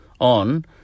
on